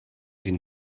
den